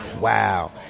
wow